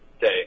day